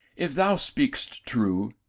if thou speakst true,